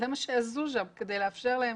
זה מה שעשו שם כדי לאפשר להם.